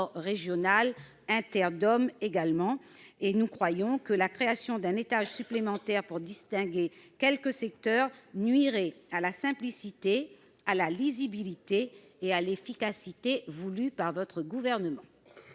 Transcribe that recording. régional inter-DOM. Nous estimons que la création d'un étage supplémentaire pour distinguer quelques secteurs nuirait à la simplicité, à la lisibilité et à l'efficacité voulues par le Gouvernement.